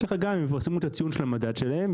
כך גם יפרסמו את ציון המדד שלהם.